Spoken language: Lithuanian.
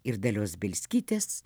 ir dalios bielskytės